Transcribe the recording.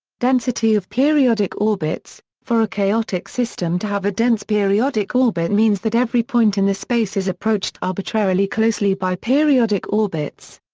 density of periodic orbits for a chaotic system to have a dense periodic orbit means that every point in the space is approached arbitrarily closely by periodic orbits.